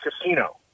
Casino